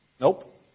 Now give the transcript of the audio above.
Nope